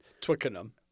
Twickenham